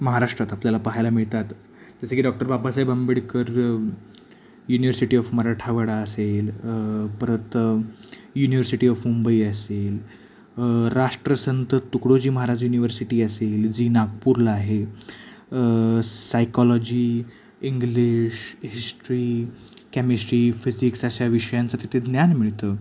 महाराष्ट्रात आपल्याला पाहायला मिळतात जसं की doctor Babasaheb Ambedkar university of Marathwada असेल परत युनिव्हर्सिटी ऑफ मुंबई असेल राष्ट्रसंत तुकडोजी महाराज युनिवर्सिटी असेल जी नागपूरला आहे psychology English history chemistry physics अशा विषयांचं तिथे ज्ञान मिळतं